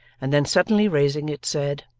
and then suddenly raising it, said,